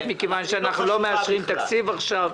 מכיוון שאנחנו לא מאשרים תקציב עכשיו.